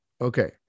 Okay